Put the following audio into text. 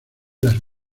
las